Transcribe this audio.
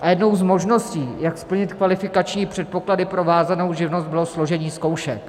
Jednou z možností, jak splnit kvalifikační předpoklady pro vázanou živnost, bylo složení zkoušek.